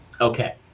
Okay